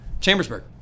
Chambersburg